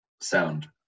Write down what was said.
sound